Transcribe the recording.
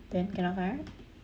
then cannot find right